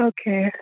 Okay